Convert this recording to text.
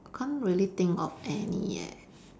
can't really think of any eh